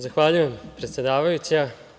Zahvaljujem, predsedavajuća.